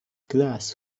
glass